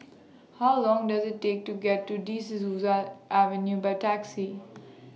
How Long Does IT Take to get to Dies Souza Avenue By Taxi